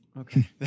Okay